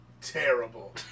terrible